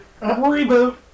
reboot